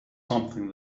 something